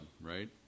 right